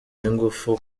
w’ingufu